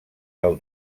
del